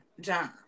John